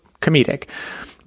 comedic